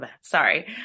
sorry